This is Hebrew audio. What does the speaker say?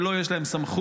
שלו יש להם סמכות